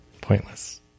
Pointless